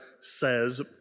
says